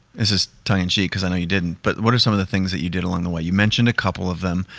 is is tongue in cheek cause i know you didn't, but what are some of the things that you did along the way? you mentioned a couple of them,